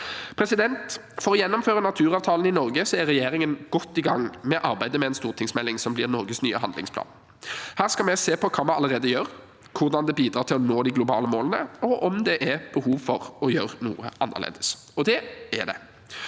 tilstand. For å gjennomføre naturavtalen i Norge er regjeringen godt i gang med arbeidet med en stortingsmelding som blir Norges nye handlingsplan for natur. Her skal vi se på hva vi allerede gjør, hvordan dette bidrar til å nå de nye globale målene, og om det er behov for å gjøre noe annerledes – og det er det.